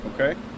Okay